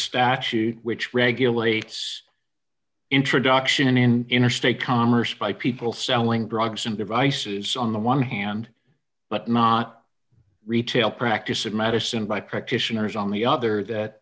statute which regulates introduction in interstate commerce by people selling drugs and devices on the one hand but not retail practice of medicine by practitioners on the other that